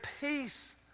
peace